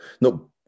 No